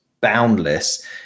boundless